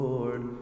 Lord